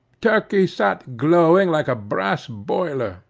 turkey sat glowing like a brass boiler,